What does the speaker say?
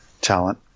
talent